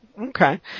Okay